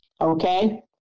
Okay